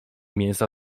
mięsa